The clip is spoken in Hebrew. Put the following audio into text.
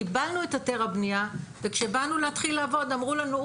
קיבלנו את היתר הבנייה וכשבאנו להתחיל לעבוד אמרו לנו,